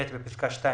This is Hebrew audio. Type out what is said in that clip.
בפסקה (2),